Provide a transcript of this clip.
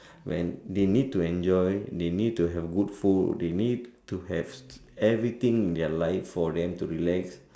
when they need to enjoy they need to have good food they need to have everything in their life for them to relax